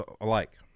alike